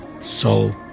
soul